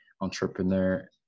entrepreneur